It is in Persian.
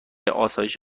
آسایش